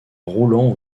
roulant